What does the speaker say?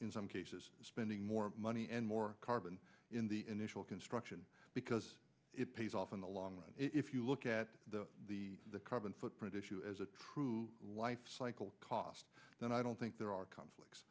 in some cases spending more money and more carbon in the initial construction because it pays off in the long run if you look at the the the carbon footprint issue as a true life cycle cost then i don't think there are conflicts